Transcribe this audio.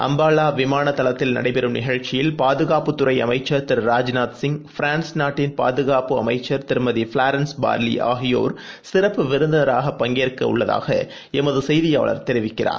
அம்பாவாவிமானதளத்தில் நடைபெறும் நிகழ்ச்சியில் பாதுகாப்புத்துறைஅமைச்ச் திரு ராஜ்நாத்சிங் பிரான்ஸ் நாட்டின் பாதுகாப்பு அமைச்சர் திருமதி ஃப்வாரன்ஸ் பார்லிஆகியோர் சிறப்பு விருந்தினராக பங்கேற்கஉள்ளதாகஎமதுசெய்தியாளர் தெரிவிக்கிறார்